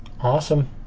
awesome